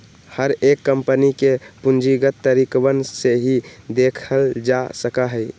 हर एक कम्पनी के पूंजीगत तरीकवन से ही देखल जा सका हई